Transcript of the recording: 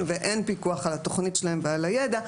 ואין פיקוח על התוכנית שלהם ועל הידע,